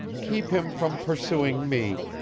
keep him from pursuing me,